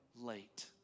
late